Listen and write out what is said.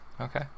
Okay